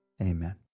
amen